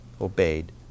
obeyed